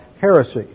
heresy